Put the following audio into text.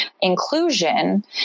Inclusion